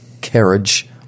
carriage